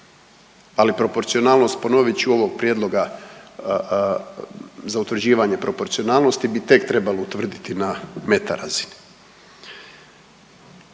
Ali proporcionalnost, ponovit ću ovog prijedloga za utvrđivanje proporcionalnosti bi tek trebalo utvrditi na meta razini.